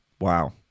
Wow